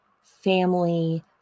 family